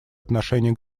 отношении